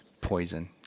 Poison